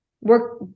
work